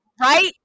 Right